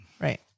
Right